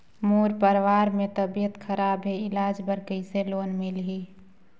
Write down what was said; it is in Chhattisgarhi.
मोर परवार मे तबियत खराब हे इलाज बर कइसे लोन मिलही?